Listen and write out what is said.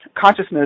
consciousness